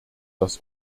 das